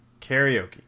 Karaoke